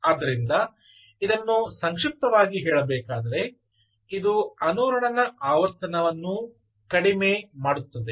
ಆದ್ದರಿಂದ ಇದನ್ನು ಸಂಕ್ಷಿಪ್ತವಾಗಿ ಹೇಳುವುದಾದರೆ ಇದು ಅನುರಣನ ಆವರ್ತನವನ್ನು ಕಡಿಮೆ ಮಾಡುತ್ತದೆ